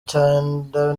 cyenda